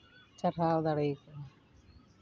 ᱪᱟᱨᱦᱟᱣ ᱫᱟᱲᱮᱭᱟᱜᱼᱟ